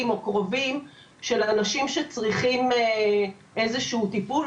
או קרובים של אנשים שצריכים איזשהו טיפול.